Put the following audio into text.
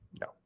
No